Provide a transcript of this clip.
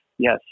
Yes